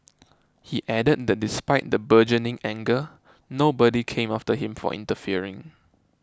he added that despite the burgeoning anger nobody came after him for interfering